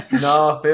No